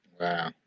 Wow